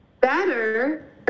Better